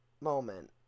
moment